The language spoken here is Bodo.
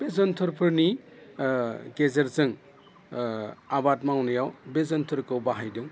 बे जोनथोरफोरनि गेजेरजों आबाद मावनायाव बे जोनथोरखौ बाहायदों